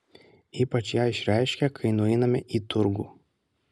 ypač ją išreiškia kai nueiname į turgų